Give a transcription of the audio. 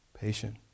patient